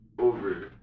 Over